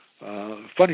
Funny